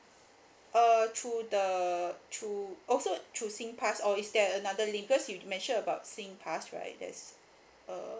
uh through the through also through singpass or is there another link because you mention about singpass right there's uh